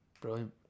brilliant